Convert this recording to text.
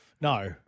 No